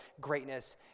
greatness